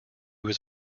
was